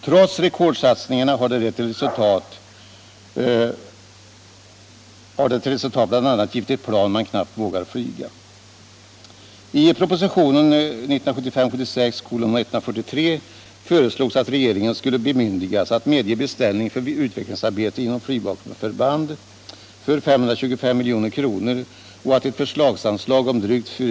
Trots rekordsatsningarna har det bl.a. givit till resultat ett plan som man knappt vågar flyga.